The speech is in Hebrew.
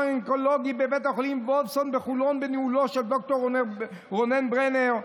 האונקולוגי בבית החולים וולפסון בחולון בניהולו של ד"ר רונן ברנר.